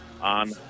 on